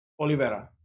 Olivera